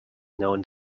known